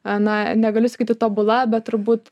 na negaliu sakyti tobula bet turbūt